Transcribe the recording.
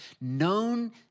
known